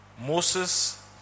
Moses